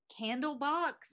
Candlebox